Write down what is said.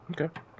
okay